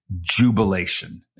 jubilation